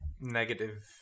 negative